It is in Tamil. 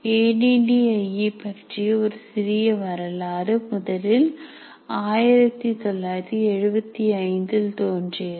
A D D I E பற்றிய ஒரு சிறிய வரலாறு முதலில் 1975ல் தோன்றியது